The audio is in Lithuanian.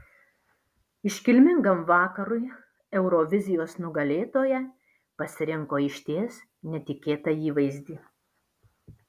iškilmingam vakarui eurovizijos nugalėtoja pasirinko išties netikėtą įvaizdį